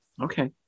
Okay